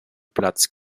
platz